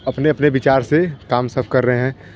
अपने अपने विचार से काम सब कर रहे हैं